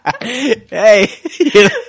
hey